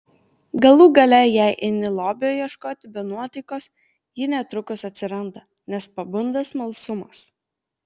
galų gale jei eini lobio ieškoti be nuotaikos ji netrukus atsiranda nes pabunda smalsumas